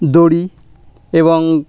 দড়ি এবং